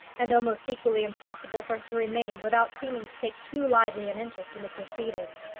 and almost equally impossible for her to remain without seeming to take too lively an interest in the proceeding.